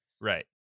Right